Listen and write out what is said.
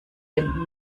dem